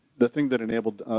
the thing that enabled,